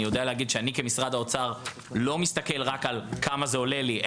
אני יודע להגיד שאני כמשרד האוצר לא מסתכל רק על כמה זה עולה לי,